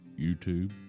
YouTube